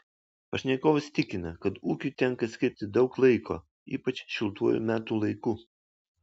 pašnekovas tikina kad ūkiui tenka skirti daug laiko ypač šiltuoju metų laiku